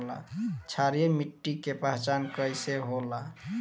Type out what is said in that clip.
क्षारीय मिट्टी के पहचान कईसे होला?